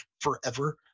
forever